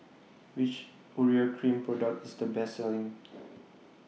Which Urea Cream Product IS The Best Selling